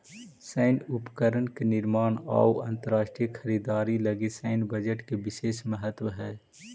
सैन्य उपकरण के निर्माण अउ अंतरराष्ट्रीय खरीदारी लगी सैन्य बजट के विशेष महत्व हई